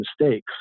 mistakes